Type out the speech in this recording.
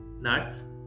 nuts